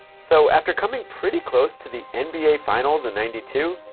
so after coming pretty close to the and nba finals in ninety two,